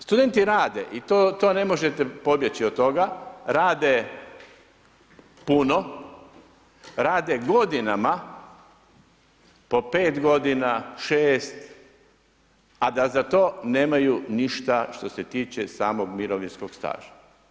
Studenti rade i to ne možete pobjeći od toga, rade puno, rade godinama, po 5 g., 6, a da za to nemaju ništa što se tiče samog mirovinskog staža.